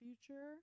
future